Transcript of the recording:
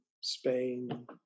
Spain